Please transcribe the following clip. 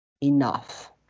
enough